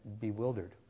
bewildered